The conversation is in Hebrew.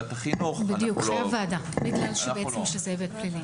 שיהיה בוועדה בגלל שזה היבט פלילי.